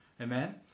Amen